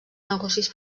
negocis